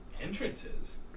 Entrances